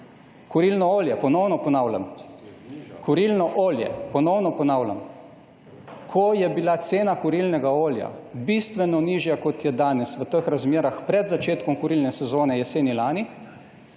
Kurilno olje, ponovno ponavljam. Ko je bila cena kurilnega olja bistveno nižja, kot je danes v teh razmerah pred začetkom kurilne sezone jeseni lani,